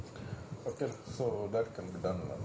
what can be done can you say what can be done